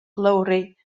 lowri